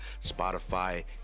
Spotify